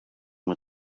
with